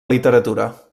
literatura